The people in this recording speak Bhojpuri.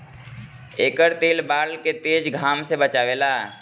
एकर तेल बाल के तेज घाम से बचावेला